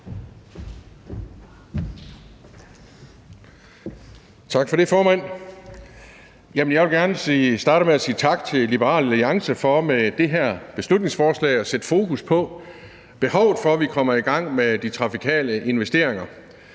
Tak for det, formand. Jeg vil gerne starte med sige tak til Liberal Alliance for med det her beslutningsforslag at sætte fokus på behovet for, at vi kommer i gang med de trafikale investeringer.